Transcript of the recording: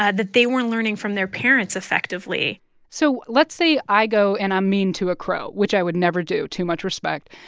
that they were learning from their parents effectively so let's say i go, and i'm mean to a crow, which i would never do too much respect.